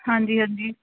ਹਾਂਜੀ ਹਾਂਜੀ